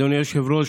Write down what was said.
אדוני היושב-ראש,